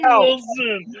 Wilson